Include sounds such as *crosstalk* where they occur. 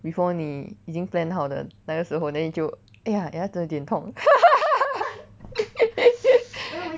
before 你已经 plan 好的那个时候 then 你就 eh ya eh 牙齿有点痛 *laughs*